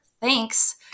Thanks